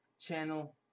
channel